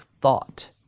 thought